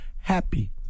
happy